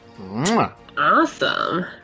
Awesome